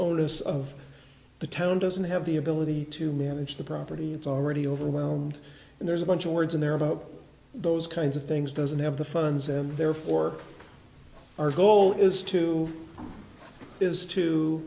onus of the town doesn't have the ability to manage the property it's already overwhelmed and there's a bunch of words in there about those kinds of things doesn't have the funds and therefore our goal is to is to